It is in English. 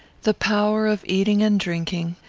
the power of eating and drinking,